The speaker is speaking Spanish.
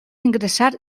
ingresar